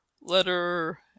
letter